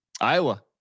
Iowa